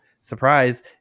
surprise